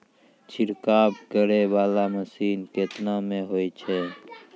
छिड़काव करै वाला मसीन केतना मे होय छै?